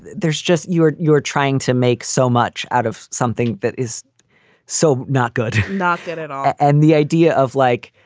there's just you're you're trying to make so much out of something that is so not good. not bad at all. and the idea of, like,